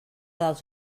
dels